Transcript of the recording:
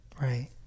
right